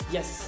Yes